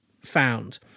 found